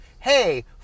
Hey